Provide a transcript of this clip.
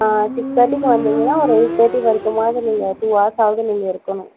six தேர்ட்டிக்கு வந்திங்கனால் ஒரு எயிட் தேர்ட்டி வரைக்கும்மாவது நீங்கள் டூ ஹார்ஸ்ஸாவது நீங்கள் இருக்கணும்